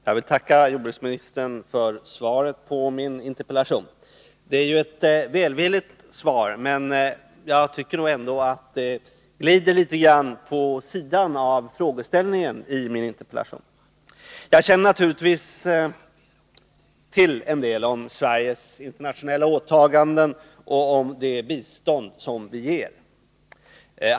Fru talman! Jag tackar jordbruksministern för svaret på min interpellation. Det var ett välvilligt svar, men jag tycker ändå att det glider bort från själva frågeställningen. Jag känner naturligtvis till en del om Sveriges internationella åtaganden och om det bistånd vi ger.